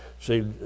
See